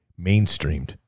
mainstreamed